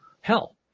hell